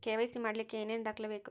KYC ಮಾಡಲಿಕ್ಕೆ ಏನೇನು ದಾಖಲೆಬೇಕು?